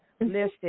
listed